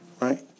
right